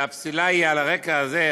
והפסילה היא על הרקע הזה,